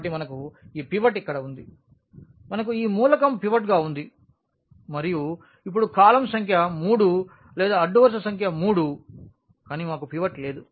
కాబట్టి మనకు ఈ పివట్ ఇక్కడ ఉంది మనకు ఈ మూలకం పివట్ గా ఉంది మరియు ఇప్పుడు కాలమ్ సంఖ్య 3 లేదా అడ్డు వరుస సంఖ్య 3 మాకు పివట్ లేదు